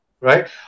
right